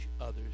others